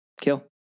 kill